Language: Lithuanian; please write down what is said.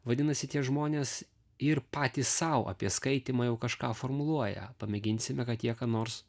vadinasi tie žmonės ir patys sau apie skaitymą jau kažką formuluoja pamėginsime kad jie ką nors